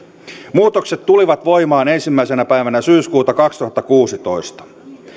muutokset tulivat voimaan ensimmäisenä päivänä syyskuuta kaksituhattakuusitoista